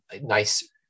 nice